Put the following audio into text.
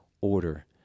order